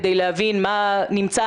כדי להבין מה נמצא,